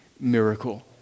miracle